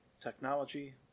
technology